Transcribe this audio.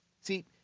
See